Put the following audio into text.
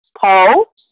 Paul